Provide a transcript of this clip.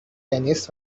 tennis